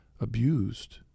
abused